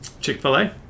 Chick-fil-A